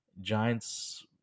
Giants